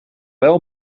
wel